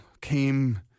came